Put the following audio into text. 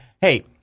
hey